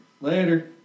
later